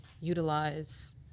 utilize